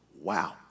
Wow